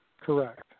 Correct